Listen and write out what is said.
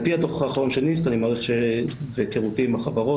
על פי הדוח האחרון של NIST והיכרותי עם החברות